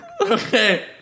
Okay